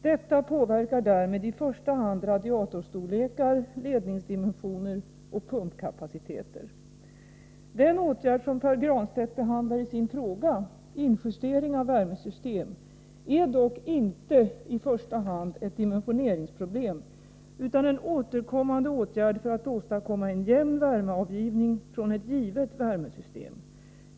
Detta påverkar därmed i första hand radiatorstorlekar, ledningsdimensioner och pumpkapaciteter. Den åtgärd som Pär Granstedt behandlar i sin fråga, injustering av värmesystem, är dock inte i första hand ett dimensioneringsproblem utan en återkommande åtgärd för att åstadkomma en jämn värmeavgivning från ett givet värmesystem.